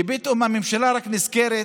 ופתאום הממשלה רק נזכרת